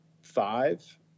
five